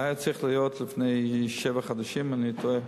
שהיה צריך להיות לפני שבעה חודשים, אם אינני טועה,